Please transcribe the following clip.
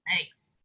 Thanks